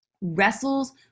wrestles